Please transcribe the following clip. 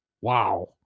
Wow